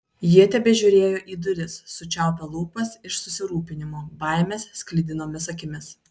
jie tebežiūrėjo į duris sučiaupę lūpas iš susirūpinimo baimės sklidinomis akimis